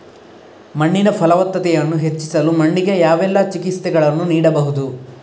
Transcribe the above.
ಮಣ್ಣಿನ ಫಲವತ್ತತೆಯನ್ನು ಹೆಚ್ಚಿಸಲು ಮಣ್ಣಿಗೆ ಯಾವೆಲ್ಲಾ ಚಿಕಿತ್ಸೆಗಳನ್ನು ನೀಡಬಹುದು?